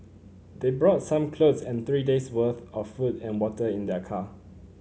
they brought some clothes and three days' worth of food and water in their car